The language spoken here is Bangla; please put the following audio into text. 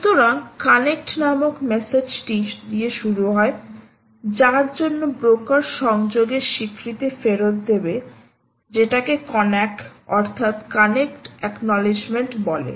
সুতরাং কানেক্ট নামক মেসেজটি দিয়ে শুরু হয় যার জন্য ব্রোকার সংযোগের স্বীকৃতি ফেরত দেবে যেটাকে কন্নাক অর্থাৎ কানেক্ট অকনোলেজমেন্ট বলে